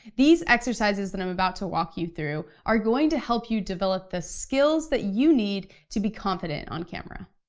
these exercises that i'm about to walk you through are going to help you develop the skills that you need to be confident on camera.